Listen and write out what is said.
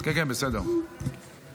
התשפ"ג 2023, של חבר הכנסת ארז מלול.